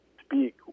speak